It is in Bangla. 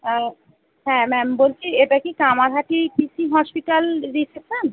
হ্যাঁ ম্যাম বলছি এটা কি কামারহাটি কৃষি হসপিটাল রিসেপশান